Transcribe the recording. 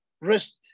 rest